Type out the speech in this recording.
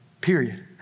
period